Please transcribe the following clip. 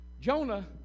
Jonah